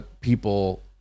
people